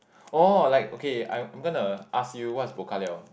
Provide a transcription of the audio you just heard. oh like okay I'm I'm gonna ask you what's bao ka liao